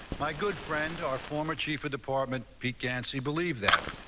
my good friend are former chief of department began, see, believe that.